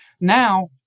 now